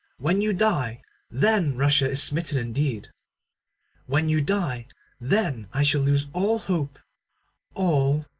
when you die then russia is smitten indeed when you die then i shall lose all hope all.